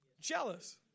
Jealous